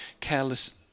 careless